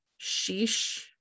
sheesh